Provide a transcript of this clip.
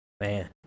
Man